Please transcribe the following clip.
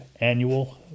annual